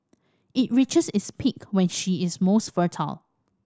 it reaches its peak when she is most fertile